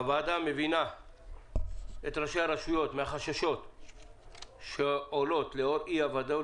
הוועדה מבינה את ראשי הרשויות ואת החששות שעולים בשל אי הוודאות